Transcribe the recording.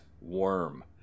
worm